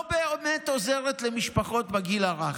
לא באמת עוזרת למשפחות בגיל הרך.